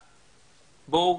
בואו,